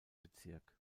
bezirk